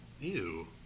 Ew